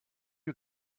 you